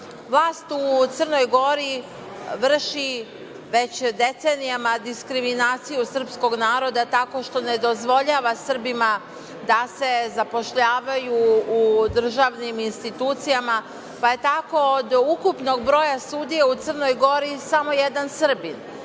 vlast u Crnoj Gori vrši već decenijama diskriminaciju srpskog naroda tako što ne dozvoljava Srbima da se zapošljavaju u državnim institucijama, pa je tako od ukupnog broja sudija u Crnoj Gori samo jedan Srbin.